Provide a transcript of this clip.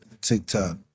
TikTok